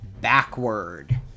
backward